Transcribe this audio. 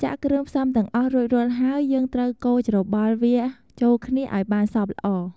ចាក់គ្រឿងផ្សំទាំងអស់រួចរាល់ហើយ យើងត្រូវកូរច្របល់វាចូលគ្នាឲ្យបានសព្វល្អ។